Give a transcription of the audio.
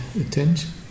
attention